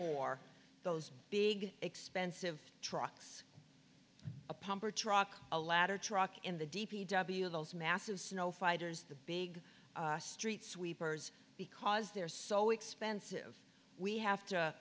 for those big expensive trucks a pumper truck a ladder truck in the d p w those massive snow fighters the big street sweepers because they're so expensive we have to